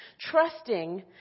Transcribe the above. trusting